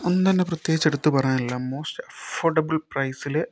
ഒന്നും തന്നെ പ്രത്യേകിച്ച് എടുത്തു പറയാനില്ല മോസ്റ്റ് അഫോർഡബിൾ പ്രൈസില്